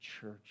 church